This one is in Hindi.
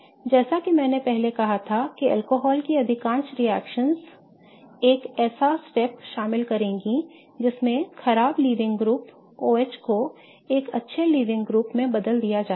जैसा कि मैंने पहले कहा था कि अल्कोहल की अधिकांश रिएक्शनएं एक ऐसा चरण शामिल करेंगी जिसमें खराब लीविंग ग्रुप OH को एक अच्छा लीविंग ग्रुप में बदल दिया जाता है